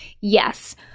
Yes